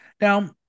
Now